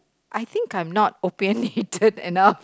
I think I'm not opinionated enough